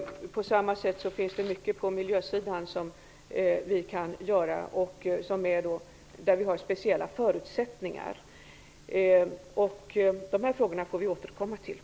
På samma sätt finns det mycket att göra på miljösidan där vi har speciella förutsättningar. Men de frågorna får vi återkomma till.